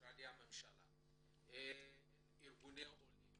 של משרדי ממשלה, של ארגוני עולים